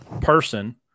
person